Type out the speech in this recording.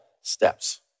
steps